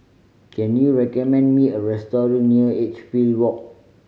can you recommend me a restaurant near Edgefield Walk